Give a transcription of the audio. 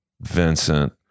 Vincent